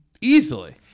Easily